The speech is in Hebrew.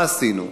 מה עשינו?